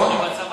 גם בצבא